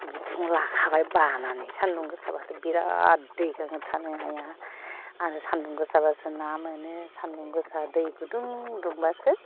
बिखुं लाखाबाय बानानै सान्दुं गोसाबाथाय बिरात दै गाङो थानो हाया आरो सान्दुं गोसाबासो ना मोनो सान्दुं गोसा दै गुदुं दुंबासो